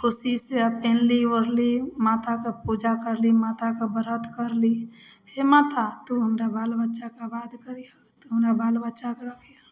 खुशी से पेहनली ओढ़ली माताके पूजा करली माताके बरत करली हे माता तू हमरा बाल बच्चाके आबाद करिहऽ तू हमरा बाल बच्चा के रखीहऽ